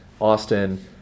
Austin